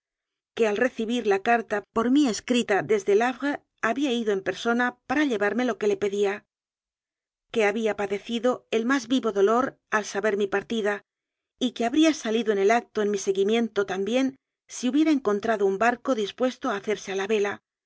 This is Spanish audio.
que al reci bir la carta por mí escrita desde el havre había ido en persona para llevarme lo que le pedía que había padecido el más vivo dolor al saber mi par tida y que habría salido en el acto en mi segui miento también si hubiera encontrado un barco dispuesto a hacerse a la vela